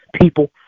people